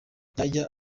yajya